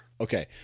Okay